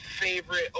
favorite